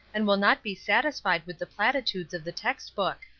and will not be satisfied with the platitudes of the text-book.